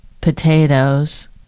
potatoes